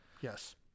Yes